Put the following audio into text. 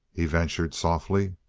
he ventured softly.